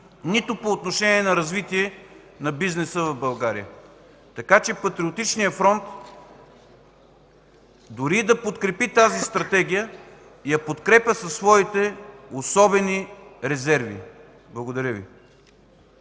нито по отношение на развитие на бизнеса в България. Патриотичният фронт дори и да подкрепи тази Стратегия я подкрепя със своите особени резерви. Благодаря Ви.